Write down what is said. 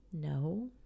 No